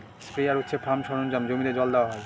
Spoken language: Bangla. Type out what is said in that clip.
স্প্রেয়ার হচ্ছে ফার্ম সরঞ্জাম জমিতে জল দেওয়া হয়